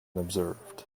observed